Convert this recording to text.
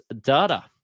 data